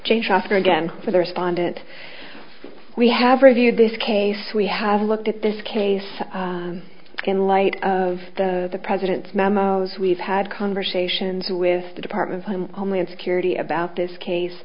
jane shafter again for the respondent we have reviewed this case we have looked at this case in light of the president's memos we've had conversations with the department of homeland security about this case